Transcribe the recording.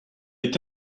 est